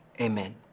amen